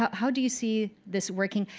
how do you see this working?